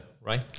right